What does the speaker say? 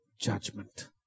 judgment